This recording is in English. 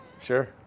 Sure